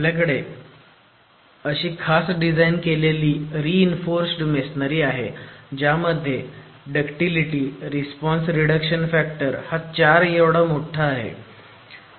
आपल्याकडे अशी खास डिझाईन केलेली रि इन्फोर्स्ड मेसोनरी आहे ज्यामध्ये डक्टीलिटी रिस्पोस्न्स रीडक्षन फॅक्टर हा 4 एवढा मोठा आहे